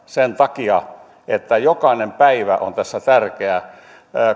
sen takia että jokainen päivä on tässä tärkeä